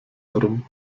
herum